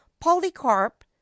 Polycarp